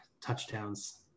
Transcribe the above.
Touchdowns